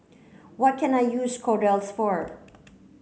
what can I use Kordel's for